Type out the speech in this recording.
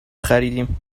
خریدیم